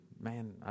man